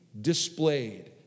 displayed